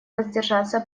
воздержаться